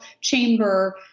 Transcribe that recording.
chamber